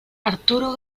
arturo